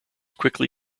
quickly